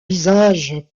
visage